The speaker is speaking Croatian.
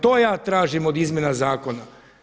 To ja tražim od izmjena zakona.